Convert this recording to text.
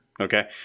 Okay